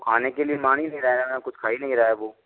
खाने के लिए मान ही नहीं रहा न कुछ खा ही नहीं रहा वो